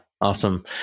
Awesome